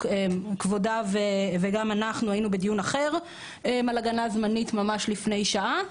כבודה ואנחנו היינו בדיון אחר על הגנה זמנית ממש לפני שעה,